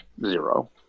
zero